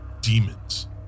demons